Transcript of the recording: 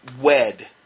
wed